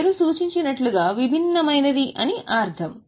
పేరు సూచించినట్లుగా విభిన్నమైనది అని అర్థం